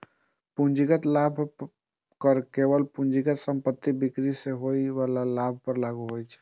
पूंजीगत लाभ कर केवल पूंजीगत संपत्तिक बिक्री सं होइ बला लाभ पर लागू होइ छै